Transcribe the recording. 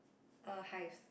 err hives